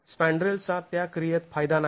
स्पँड्रेलचा त्या क्रियेत फायदा नाही